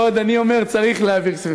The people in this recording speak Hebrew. בעוד אני אומר: צריך להעביר כספים.